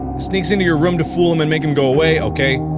sneaks into your room to fool him and make him go away, okay